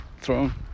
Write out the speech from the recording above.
thrown